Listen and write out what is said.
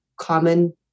common